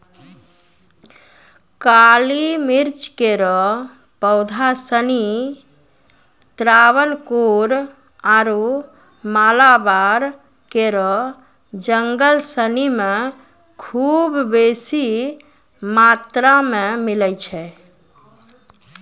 काली मिर्च केरो पौधा सिनी त्रावणकोर आरु मालाबार केरो जंगल सिनी म खूब बेसी मात्रा मे मिलै छै